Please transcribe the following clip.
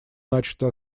начато